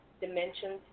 dimensions